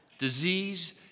Disease